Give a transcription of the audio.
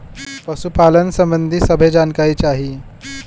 पशुपालन सबंधी सभे जानकारी चाही?